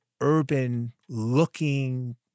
urban-looking